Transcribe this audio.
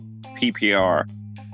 PPR